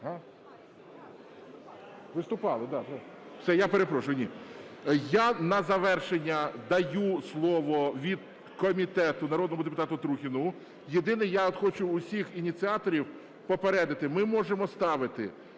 Я на завершення даю слово від комітету народному депутату Трухіну. Єдине, я хочу усіх ініціаторів попередити, ми можемо ставити